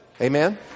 Amen